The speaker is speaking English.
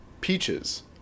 peaches